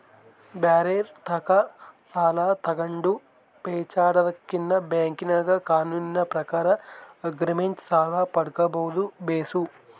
ಬ್ಯಾರೆರ್ ತಾಕ ಸಾಲ ತಗಂಡು ಪೇಚಾಡದಕಿನ್ನ ಬ್ಯಾಂಕಿನಾಗ ಕಾನೂನಿನ ಪ್ರಕಾರ ಆಗ್ರಿಮೆಂಟ್ ಸಾಲ ಪಡ್ಕಂಬದು ಬೇಸು